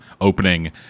opening